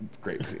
Great